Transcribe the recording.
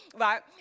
right